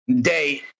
day